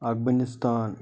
Afghanistan